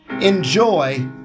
Enjoy